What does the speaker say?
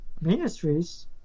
ministries